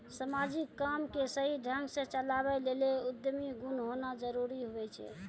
समाजिक काम के सही ढंग से चलावै लेली उद्यमी गुण होना जरूरी हुवै छै